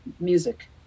music